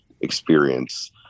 experience